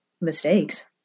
mistakes